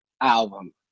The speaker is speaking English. album